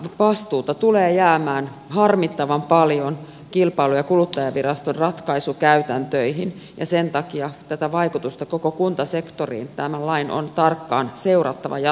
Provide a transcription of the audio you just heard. vastuuta tulee jäämään harmittavan paljon kilpailu ja kuluttajaviraston ratkaisukäytäntöihin ja sen takia tämän lain vaikutusta koko kuntasektoriin on tarkkaan seurattava jatkossa